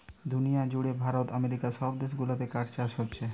দুনিয়া জুড়ে ভারত আমেরিকা সব দেশ গুলাতে কাঠ চাষ হোচ্ছে